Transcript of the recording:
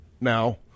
now